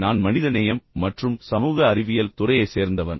நான் மனிதநேயம் மற்றும் சமூக அறிவியல் துறையைச் சேர்ந்தவன்